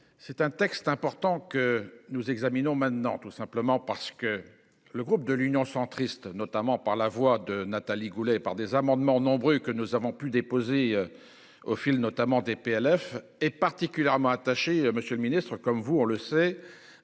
C'est un texte important que nous examinons maintenant tout simplement parce que le groupe de l'Union centriste, notamment par la voix de Nathalie Goulet, par des amendements nombreux que nous avons pu déposer. Au fil notamment TPLF est particulièrement attaché. Monsieur le Ministre, comme vous, on le sait,